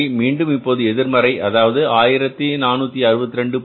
சரி மீண்டும் இப்போது எதிர்மறை அது 1462